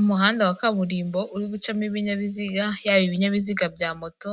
Umuhanda wa kaburimbo uri gucamo ibinyabiziga, yaba ibinyabiziga bya moto,